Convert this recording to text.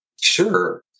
Sure